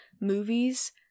movies-